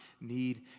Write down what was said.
need